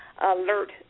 alert